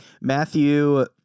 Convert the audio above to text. Matthew